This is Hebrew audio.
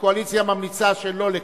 הקואליציה ממליצה שלא לקבל.